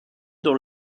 dans